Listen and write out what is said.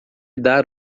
dar